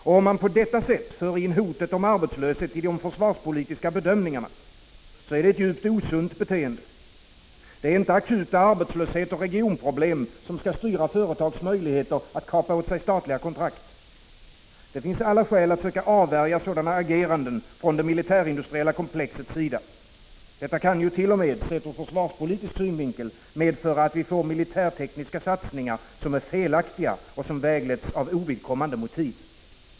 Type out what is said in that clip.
Om man på detta sätt för in hotet om arbetslöshet i de försvarspolitiska bedömningarna, så är det ett djupt osunt beteende. Det är inte akuta arbetslöshetsoch regionproblem som skall styra företags möjligheter att kapa åt sig statliga kontrakt. Det finns alla skäl att söka avvärja sådana ageranden från det militär-industriella komplexets sida. Detta kan ju t.o.m., sett ur försvarspolitisk synvinkel, medföra att vi får militärtekniska satsningar, som är felaktiga och som vägletts av ovidkommande motiv.